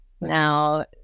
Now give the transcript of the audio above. Now